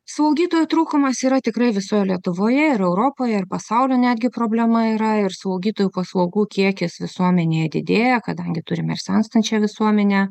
slaugytojų trūkumas yra tikrai visoj lietuvoje ir europoje ir pasaulio netgi problema yra ir slaugytojų paslaugų kiekis visuomenėje didėja kadangi turime ir senstančią visuomenę